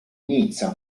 nizza